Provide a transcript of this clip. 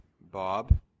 Bob